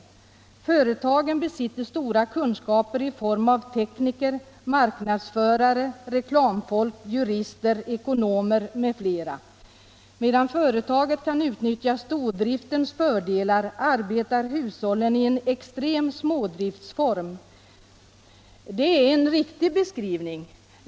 Marknadsförings Företaget besitter stora kunskaper i form av tekniker, marknadsförare, reklamfolk, jurister, ekonomer m fl. Medan företaget kan utnyttja stordriftens fördelar, arbetar hushållen i en extrem smådriftsform.” Det är en riktig beskrivning.